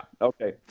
okay